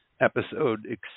episode